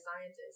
scientists